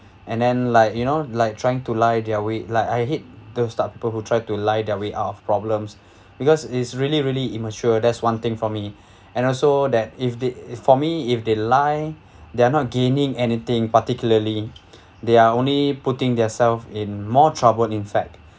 and then like you know like trying to lie their way like I hate those stuck people who try to lie their way out of problems because is really really immature there's one thing for me and also that if the if for me if they lie they are not gaining anything particularly they are only putting their self in more trouble in fact